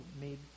made